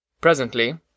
Presently